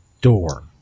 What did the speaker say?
door